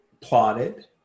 plotted